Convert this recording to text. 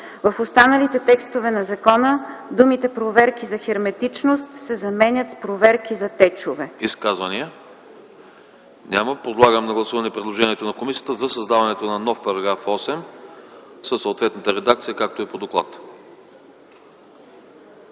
В останалите текстове на закона думите „проверки за херметичност” се заменят с „проверки за течове”.”